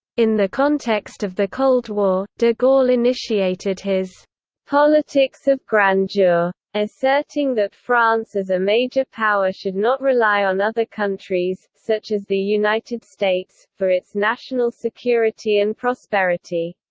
in the context of the cold war, de gaulle initiated his politics of grandeur asserting that france as a major power should not rely on other countries, such as the united states, for its national security and prosperity.